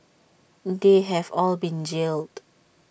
they have all been jailed